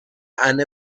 and